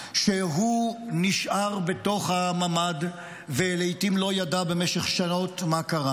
הוא נשאר בתוך הממ"ד ולעיתים לא ידע במשך שעות מה קרה,